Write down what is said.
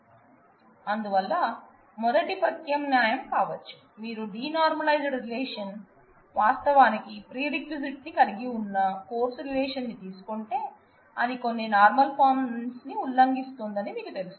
అందువల్ల మొదటి ప్రత్యామ్నాయం కావొచ్చు మీరు డీనార్మలైజ్డ్ రిలేషన్ వాస్తవానికి ప్రిరేక్విసిటిస్ ని కలిగివున్న కోర్సు రిలేషన్ నీ తీసుకుంటే అది కొన్ని నార్మల్ ఫార్మ్స్ ని ఉల్లంఘిస్తోందని మీకు తెలుసు